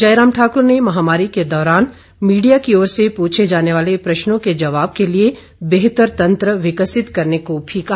जयराम ठाक्र ने महामारी के दौरान मीडिया की ओर से पूछे जाने वाले प्रशनों के जबाव के लिए बेहतर तंत्र विकसित करने को भी कहा